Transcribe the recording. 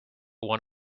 one